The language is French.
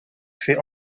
fait